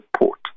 support